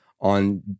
on